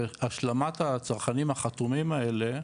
והשלמת הצרכנים החתומים האלה,